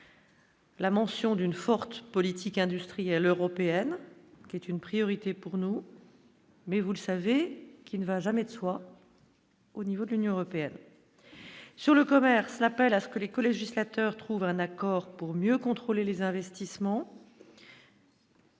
La mention d'une forte politique industrielle européenne qui est une priorité pour nous. Mais vous le savez, qui ne va jamais de soi au niveau de l'Union européenne sur le commerce, l'appel à ce que les co-législateur trouve un accord pour mieux contrôler les investissements.